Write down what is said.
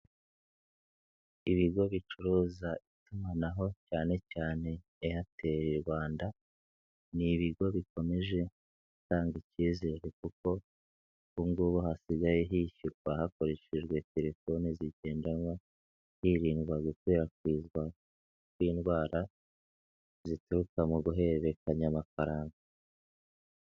Ibigo bicuruza itumanaho cyane cyane Airtel Rwanda, ni ibigo bikomeje gutanga icyizere kuko ubungubu hasigaye hishyurwa hakoreshejwe telefoni zigendanwa, hirindwa gukwirakwizwa kw'indwara, zituruka mu guhererekanya amafaranga.